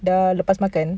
dah lepas makan